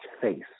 face